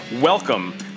welcome